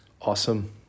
Awesome